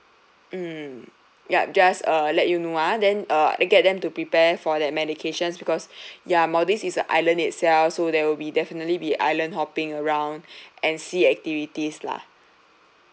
mm yup just uh let you know ah then uh get them to prepare for that medications because ya maldives is a island itself so there will be definitely be island hopping around and sea activities lah